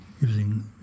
Using